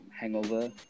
Hangover